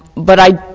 but i